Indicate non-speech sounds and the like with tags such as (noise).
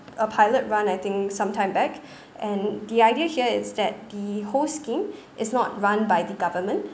a pilot run I think sometime back (breath) and the idea here is that the whole scheme is not run by the government